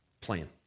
plan